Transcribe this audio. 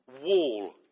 wall